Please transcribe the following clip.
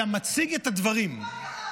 אלא מציג את הדברים.